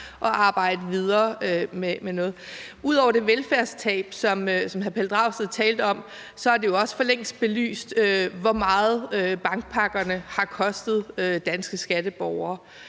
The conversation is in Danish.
og arbejde videre med noget. Ud over det velfærdstab, som hr. Pelle Dragsted talte om, er det jo også for længst blevet belyst, hvor meget bankpakkerne har kostet danske skatteborgere,